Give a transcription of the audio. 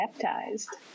baptized